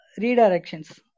redirections